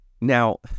now